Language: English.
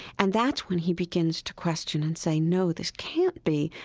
and that's when he begins to question and say, no, this can't be.